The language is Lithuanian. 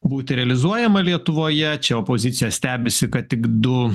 būti realizuojama lietuvoje čia opozicija stebisi kad tik du